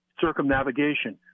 circumnavigation